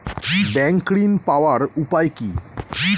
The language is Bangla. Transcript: ব্যাংক ঋণ পাওয়ার উপায় কি?